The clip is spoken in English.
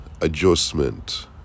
adjustment